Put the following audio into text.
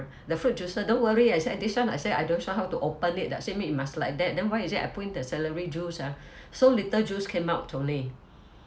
the fruit juice don't worry as this [one] I said I don't know how to open it does it mean must like that then why is it I put in the celery juice ah so little juice came out only